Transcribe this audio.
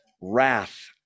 wrath